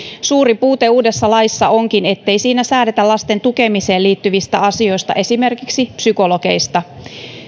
suuri puute uudessa laissa onkin ettei siinä säädetä lasten tukemiseen liittyvistä asioista esimerkiksi psykologeista